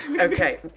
Okay